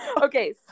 Okay